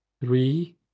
three